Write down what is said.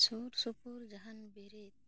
ᱥᱩᱨ ᱥᱩᱯᱩᱨ ᱡᱟᱦᱟᱱ ᱵᱤᱨᱤᱫᱽ